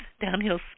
downhill